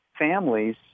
families